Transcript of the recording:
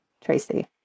Tracy